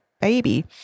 baby